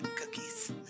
cookies